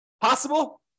Possible